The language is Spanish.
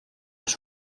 las